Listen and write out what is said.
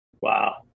Wow